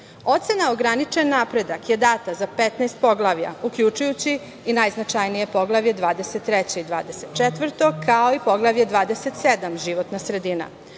„ograničen napredak“ je data za 15 poglavlja, uključujući i najznačajnija poglavlja 23 i 24, kao i Poglavlje 27 – životna sredina.